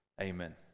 amen